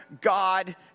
God